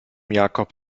jakob